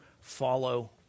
follow